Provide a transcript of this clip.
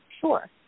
Sure